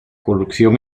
corrupción